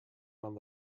down